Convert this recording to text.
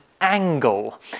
angle